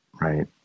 Right